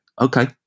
Okay